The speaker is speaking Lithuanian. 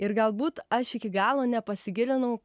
ir galbūt aš iki galo nepasigilinau